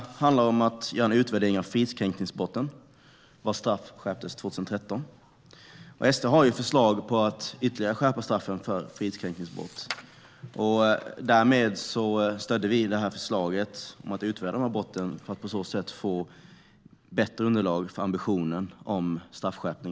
Det första handlar om att göra en utvärdering av fridskränkningsbrotten, där man skärpte straffen 2013. SD har förslag om att ytterligare skärpa straffen för fridskränkningsbrott. Därför stödde vi förslaget om att utreda dessa brott för att få bättre underlag för vår ambition om straffskärpning.